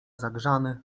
zagrzany